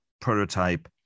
prototype